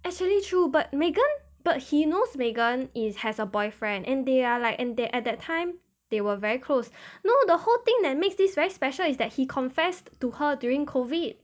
actually true but megan but he knows megan is has a boyfriend and they are like and that at that time they were very close no the whole thing that makes this very special is that he confessed to her during COVID